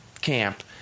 camp